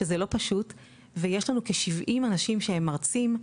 שזה לא פשוט ויש לנו כ-70 אנשים שהם מרצים,